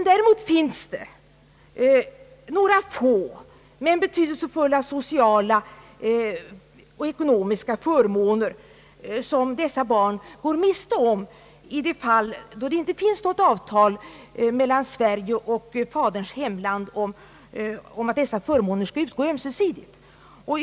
Däremot finns det några få men betydelsefulla sociala och ekonomiska förmåner som dessa barn går miste om i de fall det inte finns något avtal mellan Sverige och faderns hemland om att dessa förmåner skall utgå ömsesidigt.